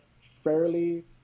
fairly